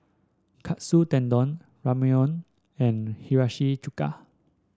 Katsu Tendon Ramyeon and Hiyashi Chuka